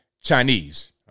Chinese